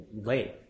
late